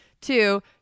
Two